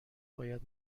باید